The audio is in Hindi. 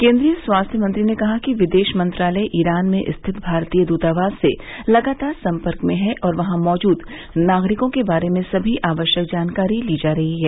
केन्द्रीय स्वास्थ्य मंत्री ने कहा कि विदेश मंत्रालय ईरान में रिथित भारतीय दूतावास से लगातार संपर्क में है और वहां मौजूद नागरिकों के बारे में सभी आवश्यक जानकारी ली जा रही है